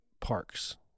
parks